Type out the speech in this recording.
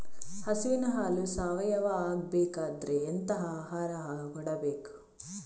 ಹಸುವಿನ ಹಾಲು ಸಾವಯಾವ ಆಗ್ಬೇಕಾದ್ರೆ ಎಂತ ಆಹಾರ ಕೊಡಬೇಕು?